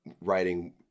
writing